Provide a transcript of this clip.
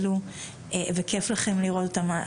אתם משקיעים בילדים האלו כל כך וכיף לכם לראות אותם.